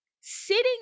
sitting